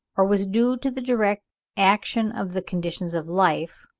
or was due to the direct action of the conditions of life,